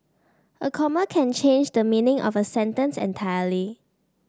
a comma can change the meaning of a sentence entirely